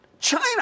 China